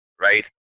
right